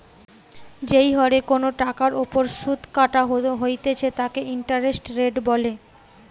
যেই হরে কোনো টাকার ওপর শুধ কাটা হইতেছে তাকে ইন্টারেস্ট রেট বলে